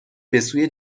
بسوی